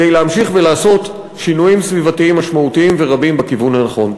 כדי להמשיך ולעשות שינויים סביבתיים משמעותיים ורבים בכיוון הנכון.